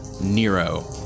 Nero